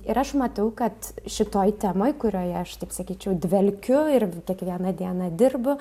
ir aš matau kad šitoj temoj kurioj aš taip sakyčiau dvelkiu ir kiekvieną dieną dirbu